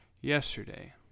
yesterday